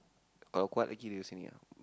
uh kuat lagi daripada sini ah